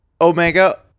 Omega